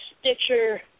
Stitcher